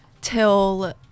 till